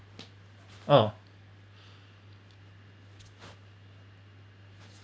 oh